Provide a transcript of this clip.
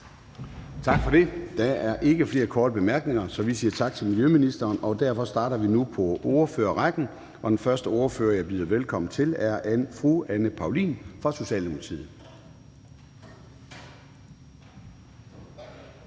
Tak for det. Der er ikke flere korte bemærkninger, så vi siger tak til miljøministeren. Vi starter nu på ordførerrækken, og den første ordfører, jeg byder velkommen til, er fru Anne Paulin fra Socialdemokratiet.